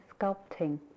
sculpting